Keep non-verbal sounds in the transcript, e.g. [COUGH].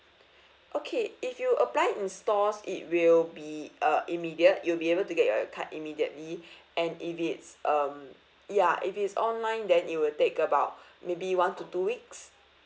[BREATH] okay if you apply in stores it will be uh immediate you'll be able to get your card immediately [BREATH] and if it's um ya if it's online then it will take about [BREATH] maybe one to two weeks